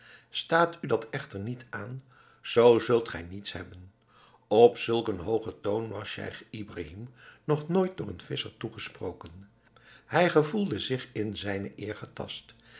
staat u dat echter niet aan zoo zult gij niets hebben op zulk een hoogen toon was scheich ibrahim nog nooit door een visscher toegesproken hij gevoelde zich in zijne eer getast